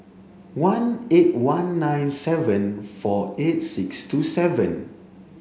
one eight one nine seven four eight six two seven